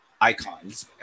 icons